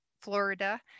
Florida